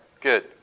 Good